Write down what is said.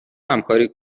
همکاری